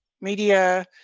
media